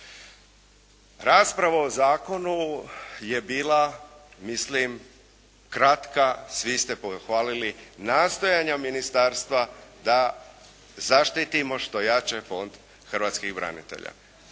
Rasprava o zakonu je bila mislim kratka. Svi ste pohvalili nastojanja ministarstva da zaštitimo što jače Fond hrvatskih branitelja.